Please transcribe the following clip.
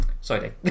sorry